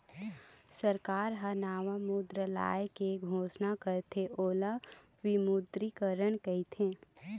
सरकार ह नवा मुद्रा लाए के घोसना करथे ओला विमुद्रीकरन कहिथें